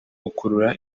gukurura